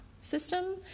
system